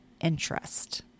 interest